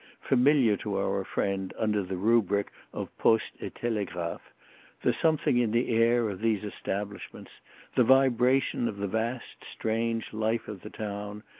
familiar to our friend under the rubric of postes et telegraphes the something in the air of these establishments the vibration of the vast strange life of the town,